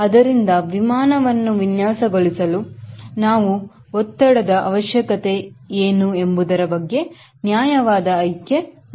ಅದರಿಂದ ವಿಮಾನವನ್ನು ವಿನ್ಯಾಸಗೊಳಿಸಲು ನಾವು ಒತ್ತಡದ ಅವಶ್ಯಕತೆ ಏನು ಎಂಬುದರ ಬಗ್ಗೆ ನ್ಯಾಯವಾದ ಆಯ್ಕೆ ಮಾಡಬೇಕು